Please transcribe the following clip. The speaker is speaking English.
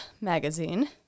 magazine